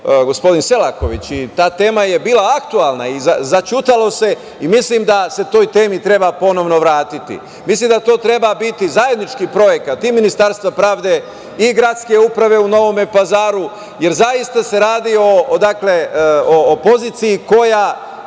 gospodin Selaković i ta tema je bila aktuelna i zaćutalo se. Mislim da se toj temi treba ponovno vratiti. Mislim da to treba biti zajednički projekat i Ministarstva pravde i Gradske uprave u Novom Pazaru, jer zaista se radi o poziciji koja